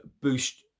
boost